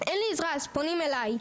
אז פונים אליי.